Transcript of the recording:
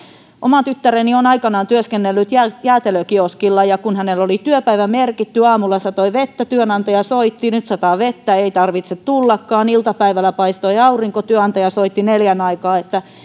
oma tyttäreni on aikanaan työskennellyt jäätelökioskilla ja kun hänelle oli työpäivä merkitty ja aamulla satoi vettä työnantaja soitti että nyt sataa vettä ei tarvitse tullakaan iltapäivällä paistoi aurinko jolloin työnantaja soitti neljän aikaan että